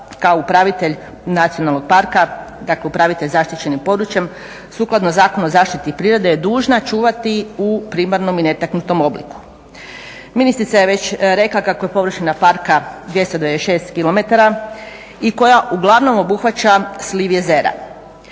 kao upravitelj nacionalnog parka, dakle upravitelj zaštićenim područjem sukladno Zakonu o zaštiti prirode je dužna čuvati u primarnom i netaknutom obliku. Ministrica je već rekla kako je površina parka 296 km i koja uglavnom obuhvaća sliv jezera.